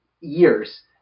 years